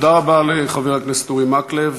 תודה רבה לחבר הכנסת אורי מקלב.